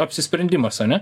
apsisprendimas ane